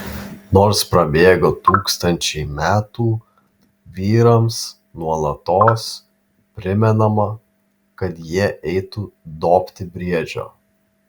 nors prabėgo tūkstančiai metų vyrams nuolatos primenama kad jie eitų dobti briedžio